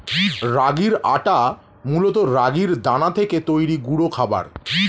রাগির আটা মূলত রাগির দানা থেকে তৈরি গুঁড়ো খাবার